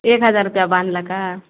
एक हजार रुपैआ बान्हलकय